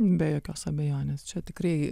be jokios abejonės čia tikrai